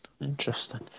Interesting